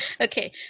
okay